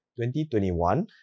2021